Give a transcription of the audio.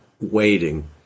waiting